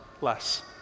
less